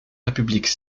république